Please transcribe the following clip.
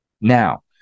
Now